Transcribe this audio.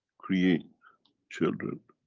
create children